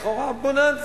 לכאורה "בוננזה".